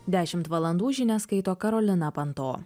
dešimt valandų žinias skaito karolina panto